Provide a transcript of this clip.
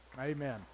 Amen